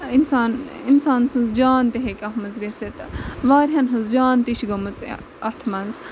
اِنسان اِنسان سٕنٛز جان تہِ ہٮ۪کہِ اَتھ منٛزگٔژتھ واریاہَن ہٕنز جان تہِ چھِ گٔمٕژ اَتھ منٛز